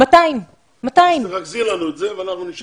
200. אז תרכזי לנו את זה ואנחנו נשב איתם.